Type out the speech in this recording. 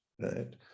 right